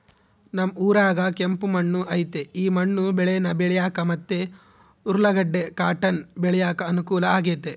ನಮ್ ಊರಾಗ ಕೆಂಪು ಮಣ್ಣು ಐತೆ ಈ ಮಣ್ಣು ಬೇಳೇನ ಬೆಳ್ಯಾಕ ಮತ್ತೆ ಉರ್ಲುಗಡ್ಡ ಕಾಟನ್ ಬೆಳ್ಯಾಕ ಅನುಕೂಲ ಆಗೆತೆ